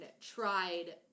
tried